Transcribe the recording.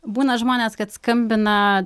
būna žmonės kad skambina